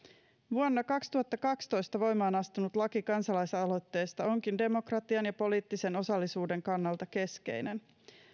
vuonna kaksituhattakaksitoista voimaan astunut laki kansalaisaloitteesta onkin demokratian ja poliittisen osallisuuden kannalta keskeinen